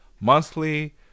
monthly